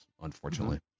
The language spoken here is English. Unfortunately